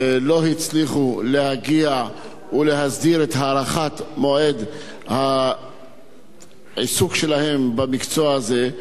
לא הצליחו להגיע ולהסדיר את הארכת מועד העיסוק שלהם במקצוע הזה,